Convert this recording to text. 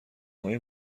های